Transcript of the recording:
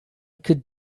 could